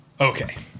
Okay